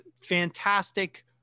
fantastic